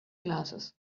glasses